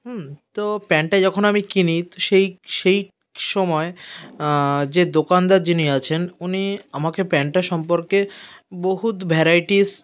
হুম তো প্যান্টটা যখন আমি কিনি তো সেই সেই সময় যে দোকানদার যিনি আছেন উনি আমাকে প্যান্টটা সম্পর্কে বহুত ভ্যারাইটিস